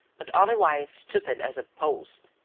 but otherwise stupid as a post.